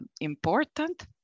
important